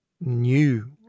new